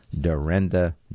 Dorinda